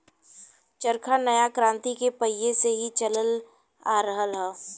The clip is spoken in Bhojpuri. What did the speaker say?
चरखा नया क्रांति के पहिले से ही चलल आ रहल हौ